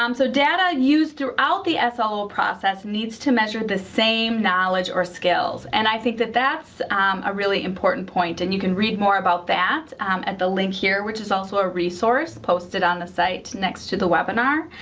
um so data used throughout the ah slo process needs to measure the same knowledge or skills. and i think that that's a really important point, and you can read more about that at the link here, which is also a resource posted on the site next to the webinar.